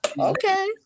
Okay